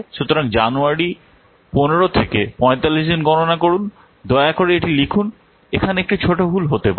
সুতরাং জানুয়ারি 15 থেকে 45 দিন গণনা করুন দয়া করে এটি লিখুন এখানে একটি ছোট ভুল হতে পারে